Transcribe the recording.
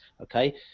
okay